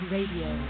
Radio